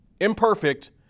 imperfect